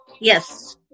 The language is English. Yes